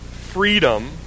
freedom